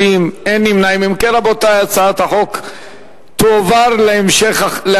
להעביר את הצעת חוק התקשורת (בזק ושירותים) (תיקון מס' 47)